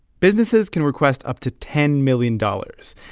businesses can request up to ten million dollars.